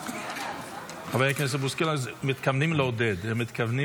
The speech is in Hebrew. חבר הכנסת בוסקילה, הם מתכוונים לעודד.